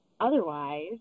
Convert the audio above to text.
Otherwise